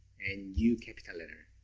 and u capital letter.